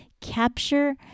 capture